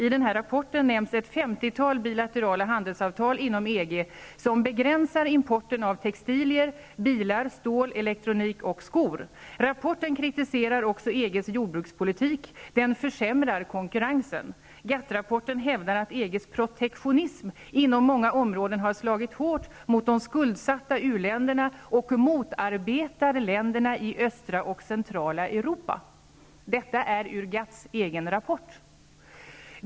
I rapporten nämns ett femtiotal bilaterala handelsavtal inom EG som begränsar importen av textilier, bilar, stål, elektronik och skor. Rapporten kritiserar också EG:s jordbrukspolitik. Det heter att denna försämrar konkurrensen. GATT-rapporten hävdar att EG:s protektionism inom många områden har slagit hårt mot de skuldsatta u-länderna och motarbetar länderna i östra och centrala Europa. -- Detta står alltså i GATT:s egen rapport.